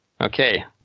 Okay